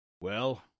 Well